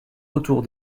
autour